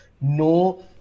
no